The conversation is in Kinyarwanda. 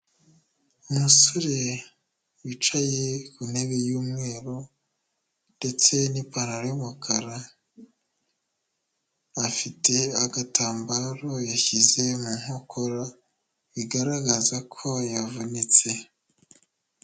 Umusore wicaye ku ntebe y'umweru ndetse n'ipantaro y'umukara, afite agatambaro yashyize mu nkokora, bigaragaza ko yavunitse.